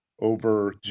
over